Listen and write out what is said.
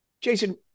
Jason